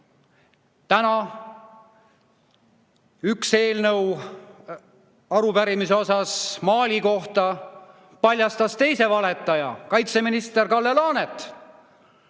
Täna üks arupärimine Mali kohta paljastas teise valetaja, kaitseminister Kalle Laaneti,